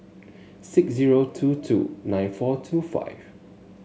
six zero two two nine four two five